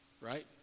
right